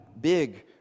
big